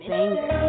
Banger